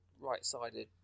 right-sided